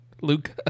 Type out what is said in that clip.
Luca